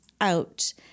out